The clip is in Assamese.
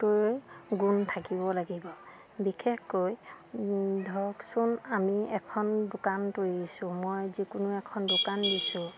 তোৰে গুণ থাকিব লাগিব বিশেষকৈ ধৰকচোন আমি এখন দোকান তৰিছোঁ মই যিকোনো এখন দোকান দিছোঁ